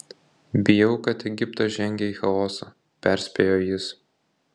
bijau kad egiptas žengia į chaosą perspėjo jis